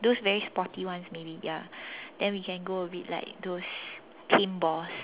those very sporty ones maybe ya then we can go a bit like those paint balls